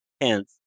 hence